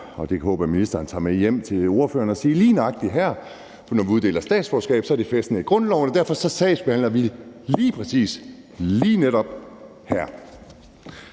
og det håber jeg at ministeren tager med hjem til ordføreren – at lige nøjagtig her, når vi uddeler statsborgerskab, er det fæstet i grundloven, og derfor sagsbehandler vi lige præcis lige netop her.